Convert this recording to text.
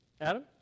Adam